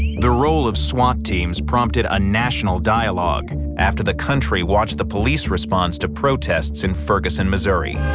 the role of swat teams prompted a national dialogue after the country watched the police response to protests in ferguson, missouri.